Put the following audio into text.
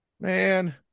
Man